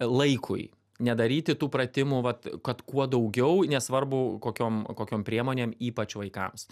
laikui nedaryti tų pratimų vat kad kuo daugiau nesvarbu kokiom kokiom priemonėm ypač vaikams